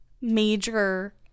major